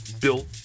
built